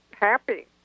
happy